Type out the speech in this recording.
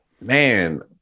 Man